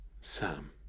Sam